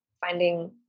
finding